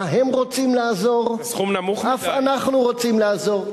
מה הם רוצים לעזור, אף אנחנו רוצים לעזור.